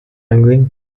wrangling